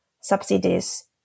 subsidies